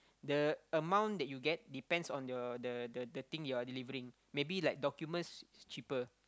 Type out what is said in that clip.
the amount that you get depends on your the the the thin you're delivering maybe like documents cheaper